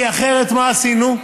כי אחרת מה עשינו?